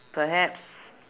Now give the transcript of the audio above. perhaps